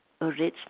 original